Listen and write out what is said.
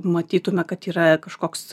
matytume kad yra kažkoks